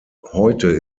heute